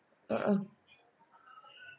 mmhmm